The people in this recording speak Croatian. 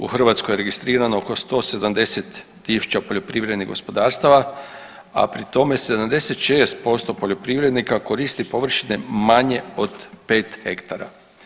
U Hrvatskoj je registrirano oko 170.000 poljoprivrednih gospodarstava, a pri tome 76% poljoprivrednika koristi površine manje od pet hektara.